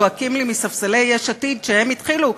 זועקים לי מספסלי יש עתיד שהם התחילו.